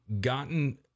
gotten